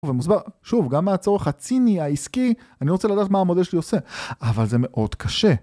ומוסבר, שוב, גם מהצורך הציני, העסקי, אני רוצה לדעת מה המודל שלי עושה, אבל זה מאוד קשה.